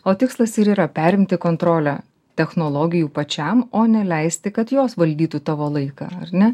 o tikslas ir yra perimti kontrolę technologijų pačiam o ne leisti kad jos valdytų tavo laiką ar ne